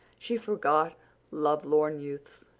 she forgot lovelorn youths,